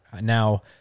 Now